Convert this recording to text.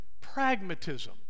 pragmatism